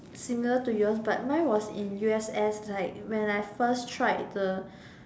similar to yours but mine was in U_S_S like when I first tried the